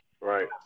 Right